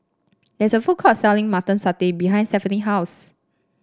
there is a food court selling Mutton Satay behind Stephani house